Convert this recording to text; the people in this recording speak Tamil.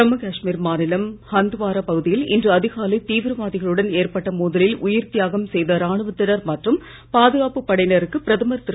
ஜம்மூ காஷ்மீர் மாநிலம் ஹந்த்வாரா பகுதியில் இன்று அதிகாலை தீவிரவாதிகளுடன் ஏற்பட்ட மோதலில் உயிர் தியாகம் செய்த ராணுவத்தினர் மற்றும் பாதுகாப்பு படையினருக்கு பிரதமர் திரு